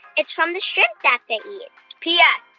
it's from the shrimp that they eat p yeah